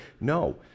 No